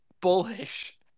bullish